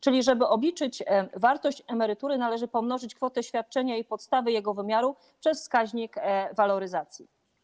Czyli, żeby obliczyć wartość emerytury, należy pomnożyć kwotę świadczenia i podstawy jego wymiaru przez wskaźnik waloryzacji.